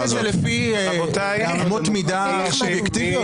אתה בודק את זה לפי אמות מידה אובייקטיביות?